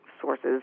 sources